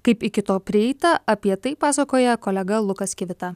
kaip iki to prieita apie tai pasakoja kolega lukas kivita